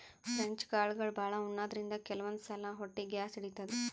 French ಕಾಳ್ಗಳ್ ಭಾಳ್ ಉಣಾದ್ರಿನ್ದ ಕೆಲವಂದ್ ಸಲಾ ಹೊಟ್ಟಿ ಗ್ಯಾಸ್ ಹಿಡಿತದ್